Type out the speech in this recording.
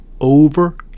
over